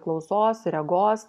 klausos regos